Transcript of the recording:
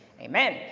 Amen